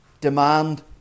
demand